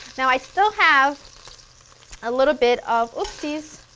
now i still have a little bit of oopsie!